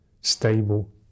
stable